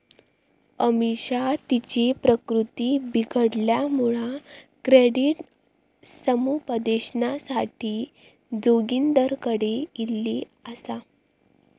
अमिषा तिची प्रकृती बिघडल्यामुळा क्रेडिट समुपदेशनासाठी जोगिंदरकडे ईली आसा